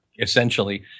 essentially